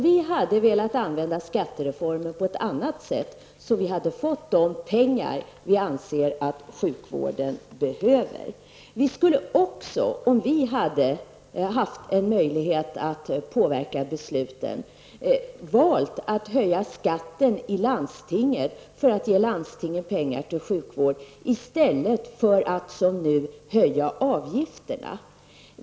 Vi hade velat använda skattereformen på ett annat sätt så att vi hade fått de pengar vi anser att sjukvården behöver. Vi skulle också, om vi hade haft en möjlighet att påverka besluten, valt att höja skatten i landstingen för att ge landstingen pengar till sjukvård i stället för att som nu höja avgifterna.